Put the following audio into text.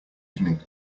evening